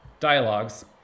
Dialogues